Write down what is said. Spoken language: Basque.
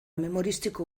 memoristiko